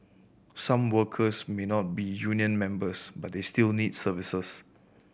some workers may not be union members but they still need services